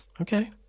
Okay